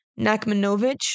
Nakmanovich